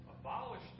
abolish